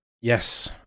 Yes